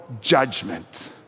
judgment